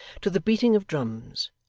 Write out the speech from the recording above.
to the beating of drums,